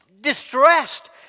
distressed